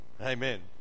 Amen